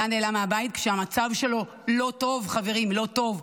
דן נעלם מהבית כשהמצב שלו לא טוב, חברים, לא טוב.